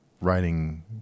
writing